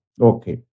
Okay